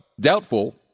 doubtful